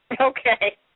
Okay